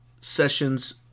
sessions